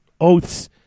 oaths